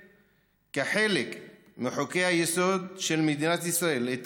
כחלק מחוקי-היסוד של מדינת ישראל צריך